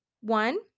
one